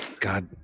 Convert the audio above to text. God